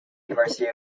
university